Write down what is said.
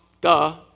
duh